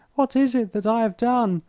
what is it that i have done?